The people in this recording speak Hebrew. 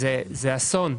זה אסון.